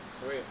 Sweet